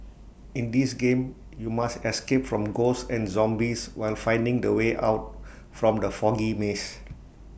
in this game you must escape from ghosts and zombies while finding the way out from the foggy maze